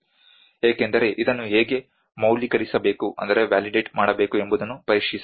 ಏಕೆಂದರೆ ಇದನ್ನು ಹೇಗೆ ಮೌಲ್ಯೀಕರಿಸಬೇಕು ಎಂಬುದನ್ನು ಪರೀಕ್ಷಿಸಬಹುದು